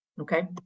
Okay